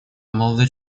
молодой